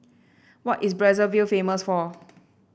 what is Brazzaville famous for